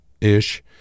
ish